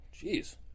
Jeez